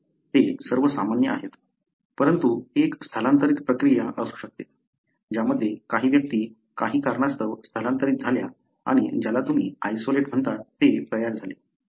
ते सर्व सामान्य आहेत परंतु एक स्थलांतर प्रक्रिया असू शकते ज्यामध्ये काही व्यक्ती काही कारणास्तव स्थलांतरित झाल्या आणि ज्याला तुम्ही आयसोलेट म्हणता ते तयार झाले